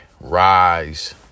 Rise